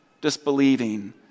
disbelieving